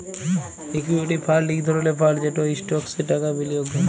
equity fund ইক ধরলের fund যেট ইস্টকসে টাকা বিলিয়গ ক্যরে